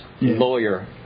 lawyer